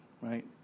right